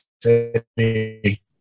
City